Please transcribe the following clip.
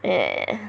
eh